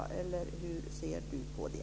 Hur ser Ronny Olander på det?